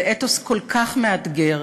זה אתוס כל כך מאתגר,